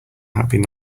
happy